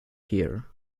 here